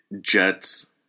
Jets